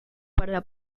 para